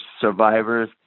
survivors